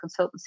consultancy